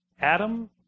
Adam